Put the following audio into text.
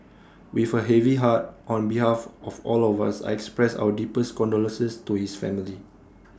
with A heavy heart on behalf of all of us I expressed our deepest condolences to his family